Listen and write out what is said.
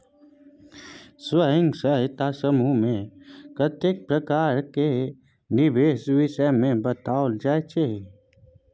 स्वयं सहायता समूह मे कतेको प्रकार केर निबेश विषय मे बताओल जाइ छै